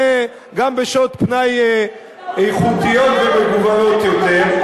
גם בשעות פנאי איכותיות ומגוונות יותר.